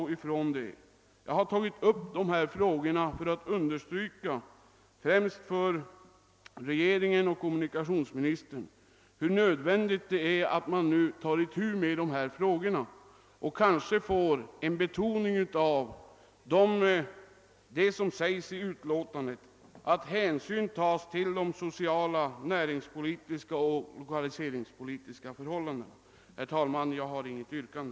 Jag har tagit upp dessa frågor för att understryka främst för regeringen och kommunikationsministern, hur nödvändigt det är att man tar itu med dessa frågor och kanske får en betoning av vad som sägs i utskottets utlåtande, nämligen att hänsyn bör tas till sociala, näringspolitiska och lokaliseringspolitiska förhållanden. Herr talman! Jag har inget yrkande.